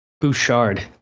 Bouchard